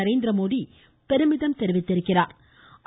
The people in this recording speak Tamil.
நரேந்திரமோடி பெருமிதம் தெரிவித்துள்ளாா்